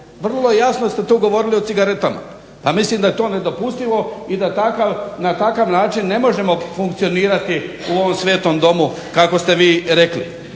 vrlo jasno ste tu govorili o cigaretama. Pa mislim da je to nedopustivo i da na takav način ne možemo funkcionirati u ovom svetom domu kako ste vi rekli.